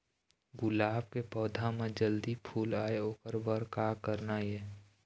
गुलाब के पौधा म जल्दी फूल आय ओकर बर का करना ये?